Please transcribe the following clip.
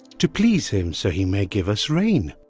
to please him so he may give us rain.